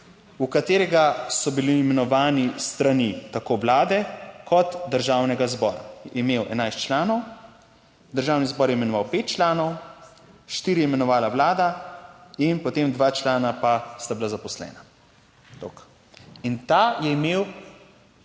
V katerega so bili imenovani s strani tako Vlade, kot Državnega zbora. Je imel 11 članov. Državni zbor je imenoval 5 članov, štiri je imenovala vlada in potem dva člana pa sta bila zaposlena, toliko. In ta je imel